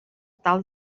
tal